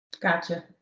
Gotcha